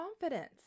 confidence